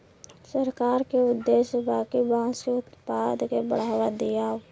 सरकार के उद्देश्य बा कि बांस के उत्पाद के बढ़ावा दियाव